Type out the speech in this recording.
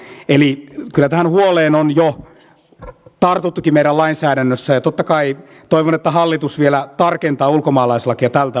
kyllä tähän huoleen on jo tartuttukin meidän lainsäädännössämme ja totta kai toivon että hallitus vielä tarkentaa ulkomaalaislakia tältä osin